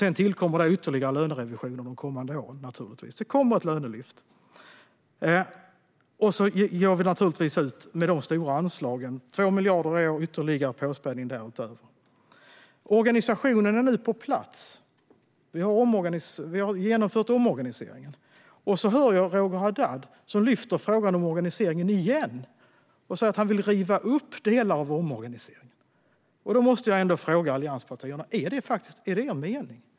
Sedan tillkommer ytterligare lönerevisioner de kommande åren, naturligtvis. Det kommer ett lönelyft. Sedan går vi naturligtvis ut med stora anslag: 2 miljarder i år och ytterligare påspädning därutöver. Organisationen är nu på plats. Vi har genomfört en omorganisering. Nu lyfter Roger Haddad frågan om organisationen igen och säger att han vill riva upp delar av omorganisationen. Då måste jag fråga allianspartierna: Är detta verkligen er mening?